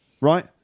right